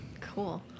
Cool